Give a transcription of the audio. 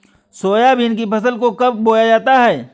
Soybean की फसल को कब बोया जाता है?